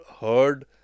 heard